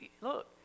Look